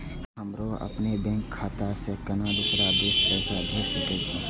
हमरो अपने बैंक खाता से केना दुसरा देश पैसा भेज सके छी?